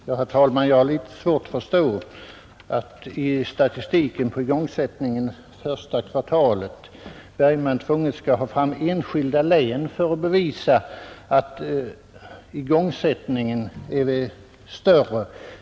Herr talman! Jag har litet svårt att förstå att herr Bergman tvunget skall dra fram enskilda län ur statistiken för igångsättningen under första kvartalet för att bevisa att igångsättningen är större.